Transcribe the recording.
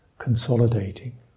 consolidating